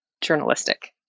journalistic